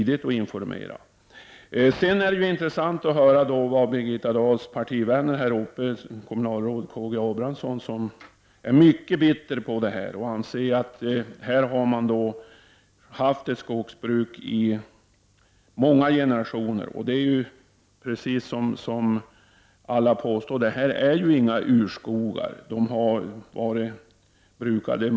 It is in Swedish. Det är intressant att höra vad Birgitta Dahls partivän där uppe, kommunalrådet KG Abramsson, tycker. Han är mycket bitter och säger att det har bedrivits skogsbruk där i många generationer. Det är alltså inte fråga om några urskogar.